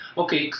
okay